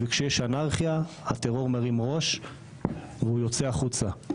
וכשיש אנרכיה הטרור מרים ראש והוא יוצא החוצה.